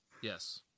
yes